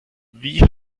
wie